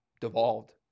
devolved